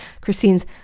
Christine's